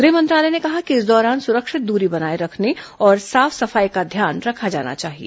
गृह मंत्रालय ने कहा कि इस दौरान सुरिक्षत दूरी बनाये रखने और साफ सफाई का ध्यान रखा जाना चाहिये